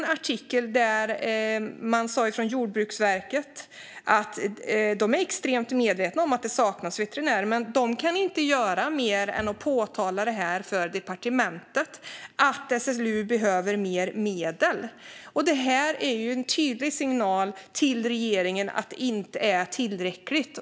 På Jordbruksverket är man extremt medveten om att det saknas veterinärer, men man kan inte göra mer än att påpeka för departementet att SLU behöver mer medel. Det är en tydlig signal till regeringen att det som görs inte är tillräckligt.